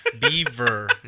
Beaver